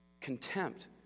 contempt